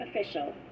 official